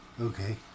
Okay